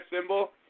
symbol